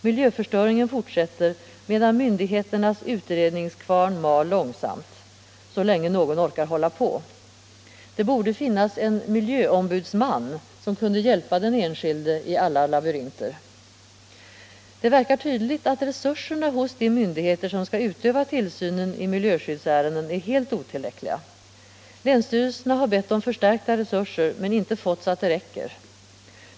Mil Om kommunernas jöförstöringen fortsätter, medan myndigheternas utredningskvarn mal = avfallshantering långsamt, så länge någon orkar hålla på. Det borde finnas en miljöombudsman, som kunde hjälpa den enskilde i alla labyrinter. Det verkar tydligt att resurserna hos de myndigheter som skall utöva tillsynen i miljöskyddsärenden är helt otillräckliga. Länsstyrelserna har bett om förstärkta resurser men inte fått så att det räcker.